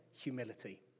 humility